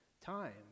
time